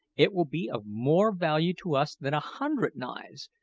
it will be of more value to us than a hundred knives,